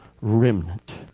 remnant